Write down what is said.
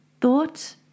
thought